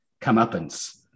comeuppance